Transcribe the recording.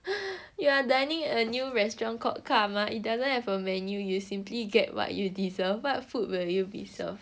you are dining at a new restaurant called karma it doesn't have a menu you simply get what you deserve what food will be served